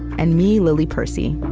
and me, lily percy.